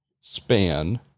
span